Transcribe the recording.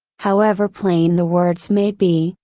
however plain the words may be,